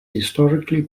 historically